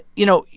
you know,